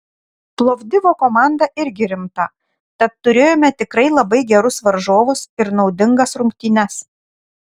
plovdivo komanda irgi rimta tad turėjome tikrai labai gerus varžovus ir naudingas rungtynes